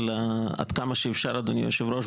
עד כמה שאפשר אדוני יושב הראש,